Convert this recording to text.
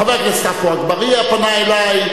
חבר הכנסת עפו אגבאריה פנה אלי,